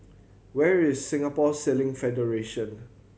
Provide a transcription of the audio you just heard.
where is Singapore Sailing Federation